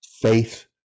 faith